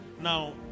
Now